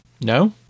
No